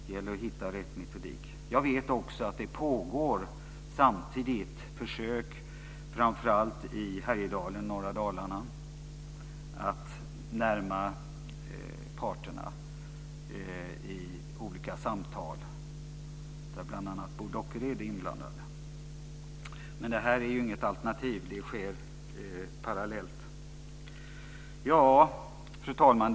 Det gäller att hitta rätt metodik. Jag vet också att det samtidigt pågår försök, framför allt i Härjedalen och norra Dalarna, att närma parterna till varandra i olika samtal. Här är bl.a. Bo Dockered inblandad. Detta är dock inget alternativ, utan det sker parallellt. Fru talman!